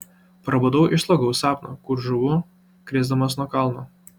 prabudau iš slogaus sapno kur žūvu krisdamas nuo kalno